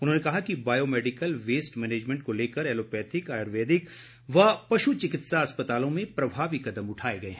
उन्होंने कहा कि बायोमैडिकल वेस्ट मैनेजमेंट को लेकर एलोपैथिक आयुर्वेदिक व पशु चिकित्सा अस्पतालों में प्रभावी कदम उठाए गए हैं